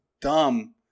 dumb